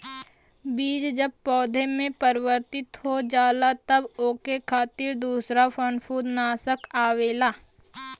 बीज जब पौधा में परिवर्तित हो जाला तब ओकरे खातिर दूसर फंफूदनाशक आवेला